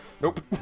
Nope